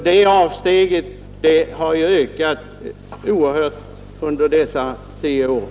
Skillnaden har alltså ökats oerhört under de senaste tio åren.